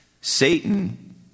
Satan